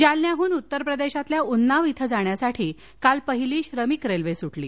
जालन्याहून उत्तर प्रदेशातल्या उन्नाव इथं जाण्यासाठी काल पहिली श्रमिक रेल्वे सुटली